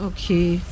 Okay